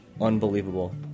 unbelievable